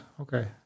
Okay